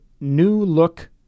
new-look